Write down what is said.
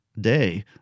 day